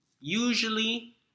usually